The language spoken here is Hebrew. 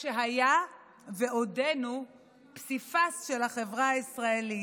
שהיה ועודנו פסיפס של החברה הישראלית.